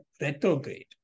retrograde